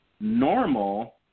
normal